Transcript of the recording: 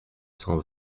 cent